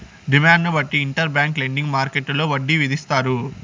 డిమాండ్ను బట్టి inter bank lending మార్కెట్టులో వడ్డీ విధిస్తారు